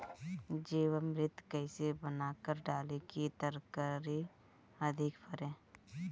जीवमृत कईसे बनाकर डाली की तरकरी अधिक फरे?